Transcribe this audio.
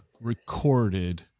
recorded